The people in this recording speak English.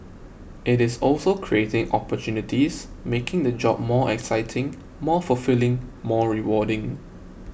it is also creating opportunities making the job more exciting more fulfilling more rewarding